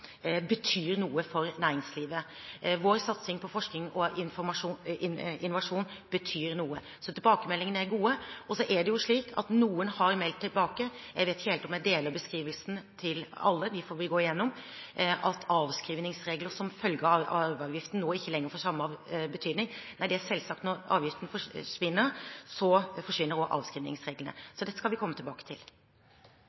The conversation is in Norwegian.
betyr noe for næringslivet. Vår satsing på forskning og innovasjon betyr noe. Tilbakemeldingene er gode. Så er det slik at noen har meldt tilbake – jeg vet ikke helt om jeg deler beskrivelsene til alle, disse får vi gå igjennom – at avskrivingsregler som følge av arveavgiften ikke lenger får samme betydning. Det er selvsagt, når avgiften forsvinner, forsvinner også avskrivningsreglene.